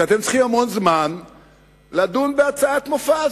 שאתם צריכים המון זמן לדון בהצעת מופז.